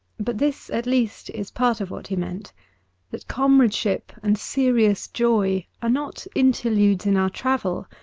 but this at least is part of what he meant that comradeship and serious joy are not interludes in our travel,